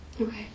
Okay